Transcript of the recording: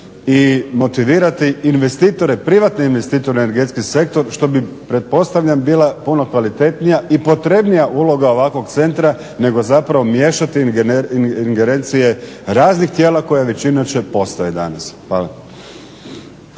investitore, privatne investitore u energetski sektor što bi pretpostavljam bila puno kvalitetnija i potrebnija uloga ovakvog centra nego zapravo miješati ingerencije raznih tijela koja već inače postoje danas.